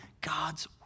God's